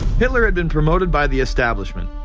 hitler had been promoted by the establishment.